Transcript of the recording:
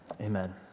amen